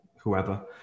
whoever